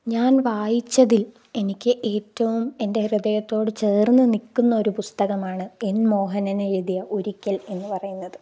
ഞാൻ വായിച്ചതിൽ എനിക്ക് ഏറ്റവും എൻറ്റെ ഹൃദയത്തോട് ചേർന്ന് നിൽക്കുന്നൊരു പുസ്തകമാണ് എൻ മോഹനൻ എഴുതിയ ഒരിക്കൽ എന്ന് പറയുന്നത്